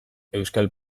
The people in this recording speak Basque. euskal